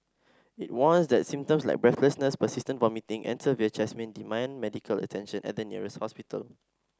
it warns that symptoms like breathlessness persistent vomiting and severe chest pain demand medical attention at the nearest hospital